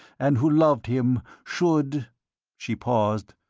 and who loved him, should she paused,